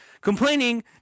complaining